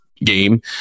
game